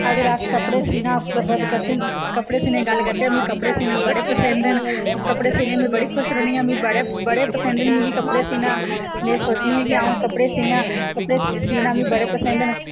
अगर अस कपड़े सीना पसंद करदे कपड़े सीने दी गल्ल करचै कि में कपड़े सीना बड़े पंसद न कपड़े सीने गी में बड़ी खुश रौहन्मी आं मी बड़े बड़े पसंद न मिगी कपड़े सीना में सोचनी आं कि अऊं कपड़े सीआं कपड़े सीना मिं बड़े पसंद न